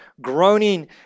groaning